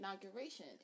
inauguration